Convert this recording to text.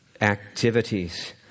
activities